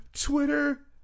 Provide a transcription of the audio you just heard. Twitter